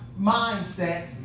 mindset